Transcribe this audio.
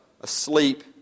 asleep